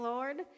Lord